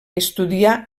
estudià